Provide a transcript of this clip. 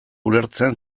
ulertzen